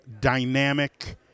dynamic